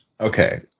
Okay